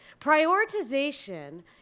Prioritization